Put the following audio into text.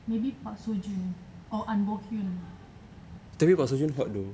maybe park seo-joon or hun bok hyun